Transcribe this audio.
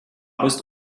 bist